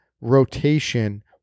rotation